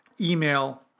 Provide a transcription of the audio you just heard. email